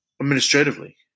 administratively